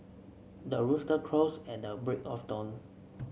the rooster crows at a break of dawn